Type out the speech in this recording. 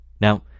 Now